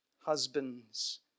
husbands